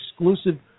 exclusive